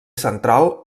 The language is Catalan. central